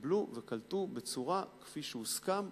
קיבלו וקלטו כפי שהוסכם,